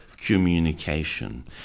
communication